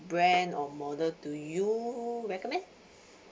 brand or model do you recommend